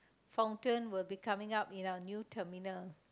fountain will be coming up in our new terminal